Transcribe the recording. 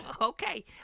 Okay